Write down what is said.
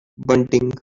bunting